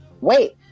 Wait